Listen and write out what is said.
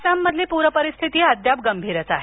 आसाममधील पूरपरिस्थिती अद्याप गंभीरच आहे